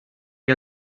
que